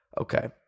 Okay